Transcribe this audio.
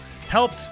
helped